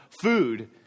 food